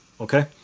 okay